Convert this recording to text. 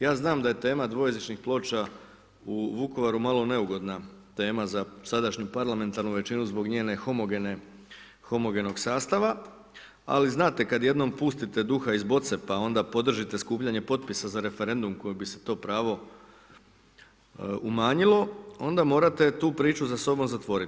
Ja znam da je tema dvojezičnih ploča u Vukovaru malo neugodna tema za sadašnju parlamentarnu većinu zbog njenog homogenog sastava, ali znate kad jednom pustite duha iz boce pa onda podržite skupljanje potpisa za referendum kojim bi se to pravo umanjilo, onda morate tu priču za sobom zatvoriti.